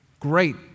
Great